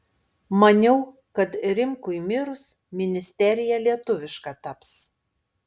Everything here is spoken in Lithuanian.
maniau kad rimkui mirus ministerija lietuviška taps